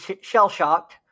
shell-shocked